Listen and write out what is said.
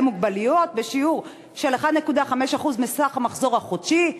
מוגבלויות בשיעור של 1.5% מסך המחזור החודשי.